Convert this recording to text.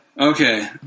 Okay